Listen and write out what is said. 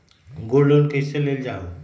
Gold loan कईसे लेल जाहु?